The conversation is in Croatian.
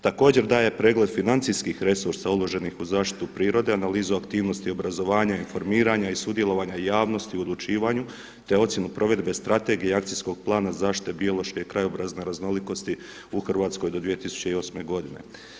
Također daje pregled financijskih resursa uloženih u zaštitu prirode, analizu aktivnosti i obrazovanja, informiranja i sudjelovanja javnosti u odlučivanju te ocjenu provedbe Strategije i Akcijskog plana zaštite biološke i krajobrazne raznolikosti u Hrvatskoj do 2008. godine.